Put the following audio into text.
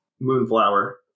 Moonflower